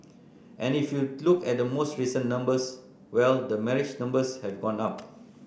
and if you look at the most recent numbers well the marriage numbers have gone up